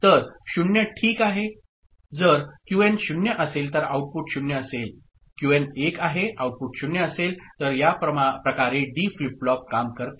तर 0 ठीक आहे जर क्यूएन 0 असेल तर आउटपुट 0 असेल क्यूएन 1 आहे आउटपुट 0 असेल तर याप्रकारे डी फ्लिप फ्लॉप काम करते